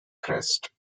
crest